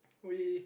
we